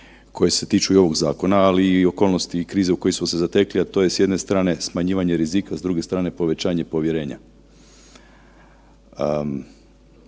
koje se tiču i ovog zakona, ali i okolnosti i krize u kojoj smo se zatekli, a to je s jedne strane smanjivanje rizika, a s druge strane povećanje povjerenja.